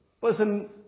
Person